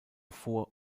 vor